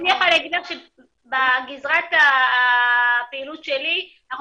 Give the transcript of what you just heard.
אני יכולה להגיד לך שבגזרת הפעילות שלי אנחנו